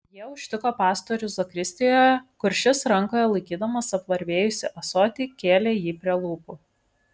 jie užtiko pastorių zakristijoje kur šis rankoje laikydamas apvarvėjusį ąsotį kėlė jį prie lūpų